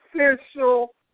official